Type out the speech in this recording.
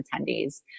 attendees